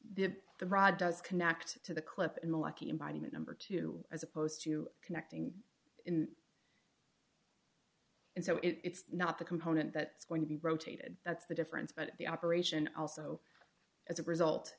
the the rod does connect to the clip in the lucky embodiment number two as opposed to connecting in and so it's not the component that's going to be rotated that's the difference but the operation also as a result